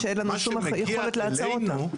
ואין לנו שום יכולת לעצור אותן.